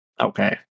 Okay